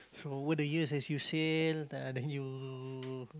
so over the years as you sail ah then you